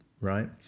right